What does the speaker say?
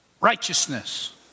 righteousness